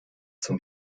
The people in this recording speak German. zum